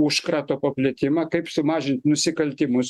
užkrato paplitimą kaip sumažint nusikaltimus